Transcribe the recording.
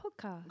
podcast